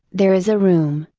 there is a room,